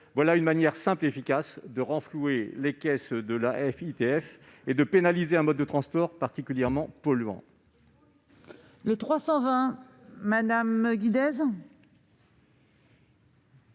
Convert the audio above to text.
Voilà une manière simple et efficace de renflouer les caisses de l'Afitf et de pénaliser un mode de transport particulièrement polluant